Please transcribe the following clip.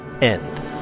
End